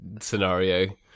scenario